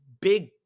big